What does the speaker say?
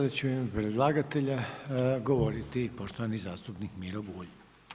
Sada će u ime predlagatelja govoriti poštovani zastupnik Miro Bulj.